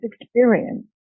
experience